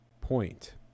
point